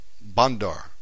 Bandar